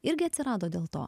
irgi atsirado dėl to